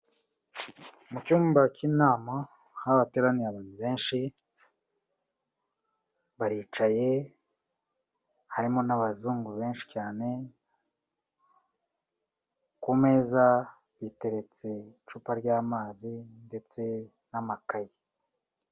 Mu cyumba cy'inama aho hateraniye abantu benshi baricaye, harimo n'abazungu benshi cyane, ku meza biteretse icupa ry'amazi ndetse n'amakaye.